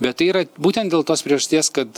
bet tai yra būtent dėl tos priežasties kad